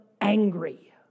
angry